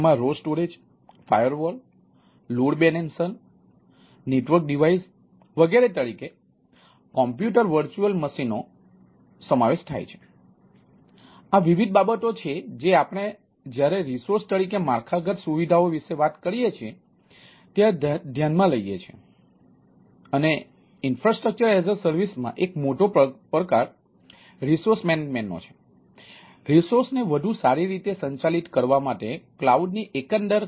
તેથી આ વિવિધ બાબતો છે જે આપણે જ્યારે રિસોર્સ તરીકે માળખાગત સુવિધાઓની એકંદર કામગીરી માટે મહત્વપૂર્ણ ભૂમિકા ભજવે છે